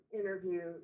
interview